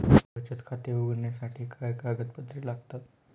बचत खाते उघडण्यासाठी काय कागदपत्रे लागतात?